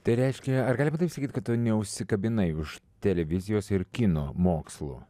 tai reiškia ar galima taip sakyt kad tu neužsikabinai už televizijos ir kino mokslų